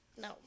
No